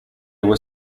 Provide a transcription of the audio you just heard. were